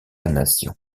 nation